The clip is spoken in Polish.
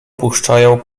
puszczają